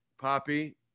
Poppy